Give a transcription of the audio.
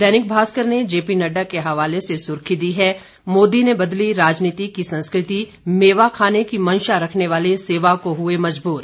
दैनिक भास्कर ने जेपी नड्डा के हवाले से सुर्खी दी है मोदी ने बदली राजनीति की संस्कृति मेवा खाने की मंशा रखने वाले सेवा को हुए मजबूर